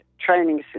training